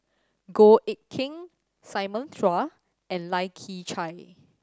Goh Eck Kheng Simon Chua and Lai Kew Chai